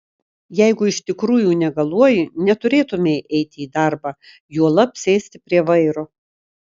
jeigu iš tikrųjų negaluoji neturėtumei eiti į darbą juolab sėsti prie vairo